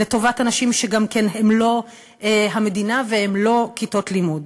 לטובת אנשים שהם גם לא המדינה והם לא כיתות לימוד.